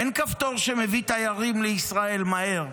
אין כפתור שמביא תיירים לישראל מהר,